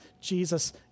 Jesus